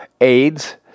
AIDS